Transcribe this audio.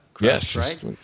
Yes